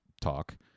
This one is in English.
talk